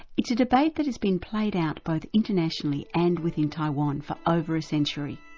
it's a debate that has been played out both internationally and within taiwan for over a century.